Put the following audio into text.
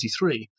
1993